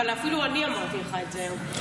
אבל אפילו אני אמרתי לך את זה היום.